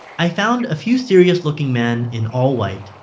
i found a few serious looking men in all white,